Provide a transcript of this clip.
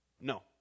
No